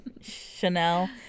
Chanel